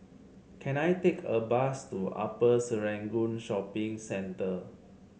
can I take a bus to Upper Serangoon Shopping Centre